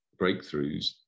breakthroughs